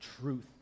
truth